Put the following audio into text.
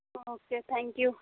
okay thank you